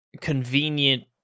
convenient